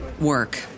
work